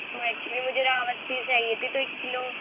وہ ایکچولی مجھے راوس فش چاہیے تھی تو ایک کلو